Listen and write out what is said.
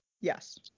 Yes